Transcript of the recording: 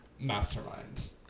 mastermind